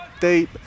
deep